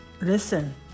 listen